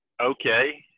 Okay